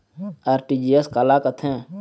RTGS काला कथें?